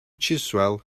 chiswell